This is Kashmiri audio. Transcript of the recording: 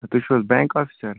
تُہۍ چھُو حظ بیٚنٛک آفِسَر